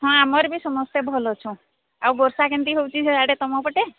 ହଁ ଆମର ବି ସମସ୍ତେ ଭଲ ଅଛନ୍ତି ଆଉ ବର୍ଷା କେମତି ହେଉଛି ସିଆଡ଼େ ତୁମପଟେ